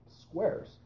squares